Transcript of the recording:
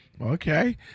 Okay